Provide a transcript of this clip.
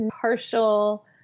partial